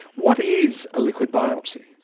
what is a liquid biopsy?